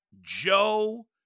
Joe